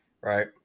right